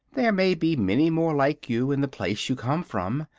there may be many more like you in the place you came from,